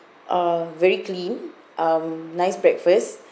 uh very clean um nice breakfast